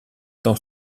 tant